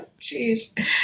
Jeez